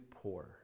poor